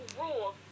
rules